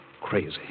Crazy